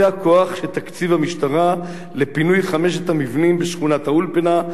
זה הכוח שתקציב המשטרה לפינוי חמשת המבנים בשכונת-האולפנה,